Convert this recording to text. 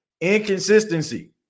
inconsistency